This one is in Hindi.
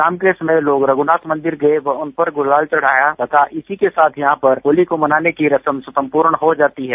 शाम के समय लोग रघुनाथ मंदिर गए व उना पर गुलाल चढ़ाया तथा इसी के साथ यहाँ पर होली को मनाने की रस्म सम्पूर्ण हो जाती है